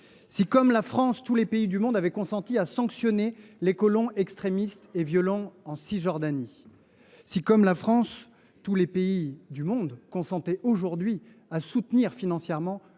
si, comme la France, tous les pays du monde avaient consenti à sanctionner les colons extrémistes et violents en Cisjordanie ; si, comme la France, tous les pays du monde consentaient aujourd’hui à soutenir financièrement